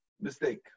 mistake